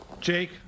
Jake